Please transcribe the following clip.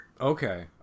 Okay